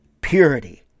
purity